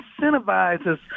incentivizes